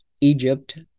Egypt